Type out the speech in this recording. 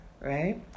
right